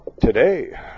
Today